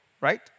right